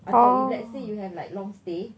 okay if let's say you have like long stay